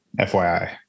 FYI